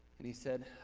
and he said,